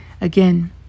again